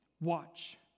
watch